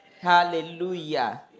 hallelujah